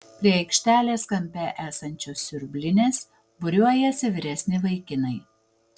prie aikštelės kampe esančios siurblinės būriuojasi vyresni vaikinai